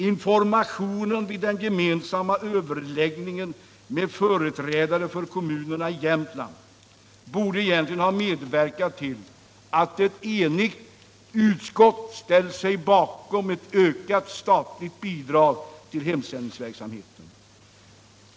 Informationen vid den gemensamma överläggningen med företrädare för kommunerna i Jämtland borde egentligen ha medverkat till att ett enigt utskott ställt sig bakom ett ökat statligt bidrag till hemsändningsverksamheten.